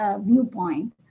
viewpoint